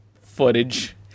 footage